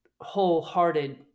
wholehearted